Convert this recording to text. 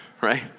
right